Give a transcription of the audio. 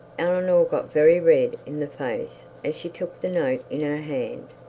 eleanor got very red in the face as she took the note in her hand.